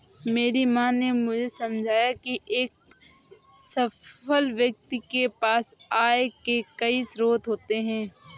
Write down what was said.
मेरी माँ ने मुझे समझाया की एक सफल व्यक्ति के पास आय के कई स्रोत होते हैं